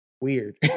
weird